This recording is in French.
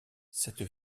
cette